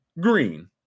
green